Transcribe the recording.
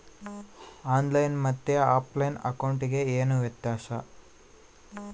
On line ಮತ್ತೆ offline ಅಕೌಂಟಿಗೆ ಏನು ವ್ಯತ್ಯಾಸ?